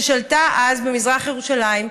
ששלטה אז במזרח ירושלים.